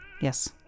Yes